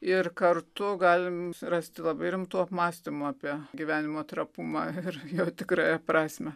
ir kartu galim rasti labai rimtų apmąstymų apie gyvenimo trapumą ir jo tikrąją prasmę